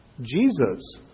Jesus